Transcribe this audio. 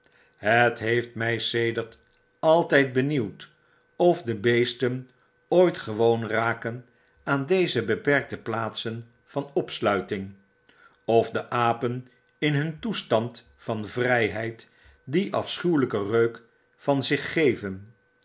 het heeft mij sedert altijd benieuwd of debeesten ooit gewoon raken aan deze beperkte plaatsen van opsluiting of de apen in hun toestand van vrijheid dien afschuwelijken reuk van zich geven